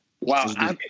Wow